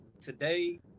today